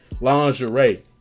lingerie